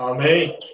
Amém